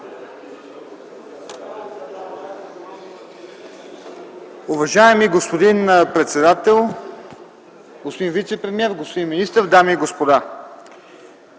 Уважаеми господин председател, господин вицепремиер, господин министър, дами и господа!